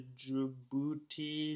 Djibouti